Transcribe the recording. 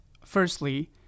Firstly